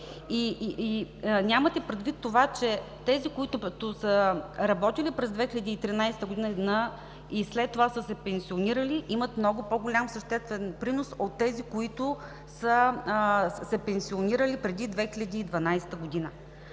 и нямате предвид това, че тези, които са работили през 2013 г. и след това са се пенсионирали, имат много по-голям съществен принос от тези, които са се пенсионирали преди 2012 г.